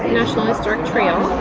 historic trail